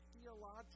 theological